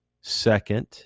Second